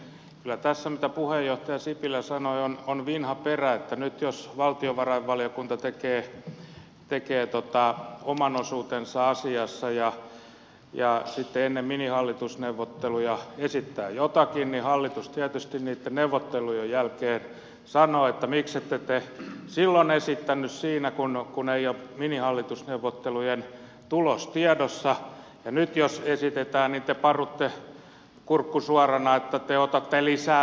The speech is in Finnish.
kyllä tässä mitä puheenjohtaja sipilä sanoi on vinha perä että nyt jos valtiovarainvaliokunta tekee oman osuutensa asiassa ja sitten ennen minihallitusneuvotteluja esittää jotakin niin hallitus tietysti niitten neuvottelujen jälkeen sanoo että miksette te silloin esittänyt siinä kun ei ole minihallitusneuvottelujen tulos tiedossa ja nyt jos esitetään niin te parutte kurkku suorana että te otatte lisää velkaa